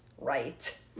right